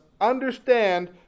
understand